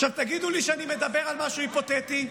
עכשיו, תגידו לי שאני מדבר על משהו היפותטי.